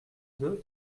deux